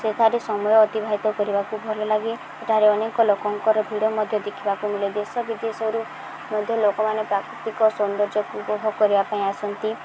ସେଠାରେ ସମୟ ଅତିବାହିତ କରିବାକୁ ଭଲଲାଗେ ଏଠାରେ ଅନେକ ଲୋକଙ୍କର ଭିଡ଼ ମଧ୍ୟ ଦେଖିବାକୁ ମିଳେ ଦେଶ ବିଦେଶରୁ ମଧ୍ୟ ଲୋକମାନେ ପ୍ରାକୃତିକ ସୌନ୍ଦର୍ଯ୍ୟକୁ ଉପଭୋଗ କରିବା ପାଇଁ ଆସନ୍ତି